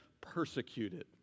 persecuted